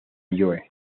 joe